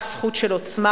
רק זכות של עוצמה,